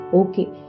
okay